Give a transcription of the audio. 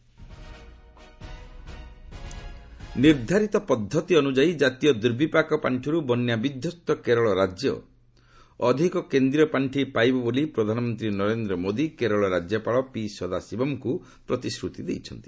PM flood ନିର୍ଦ୍ଧାରିତ ପଦ୍ଧତି ଅନୁଯାୟୀ ଜାତୀୟ ଦୁର୍ବିପାକ ପ୍ରତିକ୍ରିୟା ପାଖିରୁ ବନ୍ୟା ବିଧ୍ୱସ୍ତ କେରଳରାଜ୍ୟ ଅଧିକ କେନ୍ଦ୍ରୀୟ ପାର୍ଷି ପାଇବ ବୋଲି ପ୍ରଧାନମନ୍ତ୍ରୀ ନରେନ୍ଦ୍ର ମୋଦି କେରଳ ରାଜ୍ୟପାଳ ଟିସଦାଶିବଙ୍କୁ ପ୍ରତିଶ୍ରତି ଦେଇଛନ୍ତି